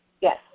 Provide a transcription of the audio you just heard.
Yes